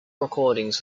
recordings